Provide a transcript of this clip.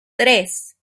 tres